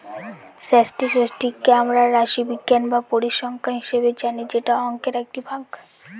স্ট্যাটিসটিককে আমরা রাশিবিজ্ঞান বা পরিসংখ্যান হিসাবে জানি যেটা অংকের একটি ভাগ